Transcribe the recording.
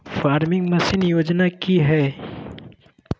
Farming machine योजना कि हैय?